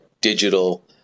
Digital